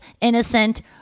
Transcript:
Innocent